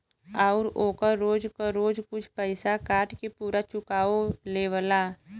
आउर ओकर रोज क रोज कुछ पइसा काट के पुरा चुकाओ लेवला